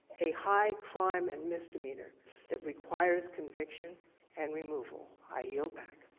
a high crime and misdemeanor that requires conviction and removal. i yield back.